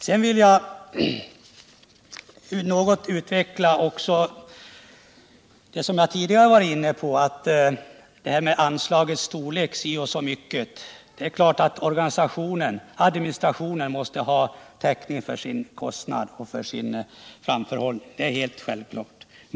Sedan vill jag också något utveckla en sak som jag tidigare var inne på. Det är klart att administrationen måste ha täckning för sina kostnader och viss framförhållning.